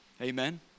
Amen